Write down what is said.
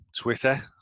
Twitter